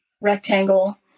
rectangle